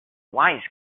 wise